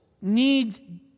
need